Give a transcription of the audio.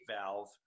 valve